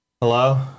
Hello